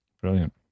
Brilliant